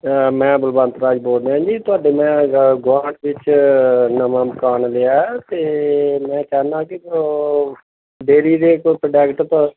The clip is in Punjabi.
ਮੈਂ ਬਲਵੰਤ ਰਾਜ ਬੋਲ ਰਿਹਾ ਜੀ ਤੁਹਾਡੇ ਮੈਂ ਗ ਗੁਆਂਢ ਵਿੱਚ ਨਵਾਂ ਮਕਾਨ ਲਿਆ ਅਤੇ ਮੈਂ ਕਹਿੰਦਾ ਕਿ ਡੇਅਰੀ ਦੇ ਕੋਈ ਪ੍ਰੋਡਕਟ